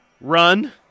Run